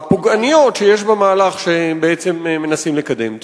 הפוגעניות שיש במהלך שמנסים לקדם.